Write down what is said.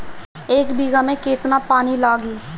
एक बिगहा में केतना पानी लागी?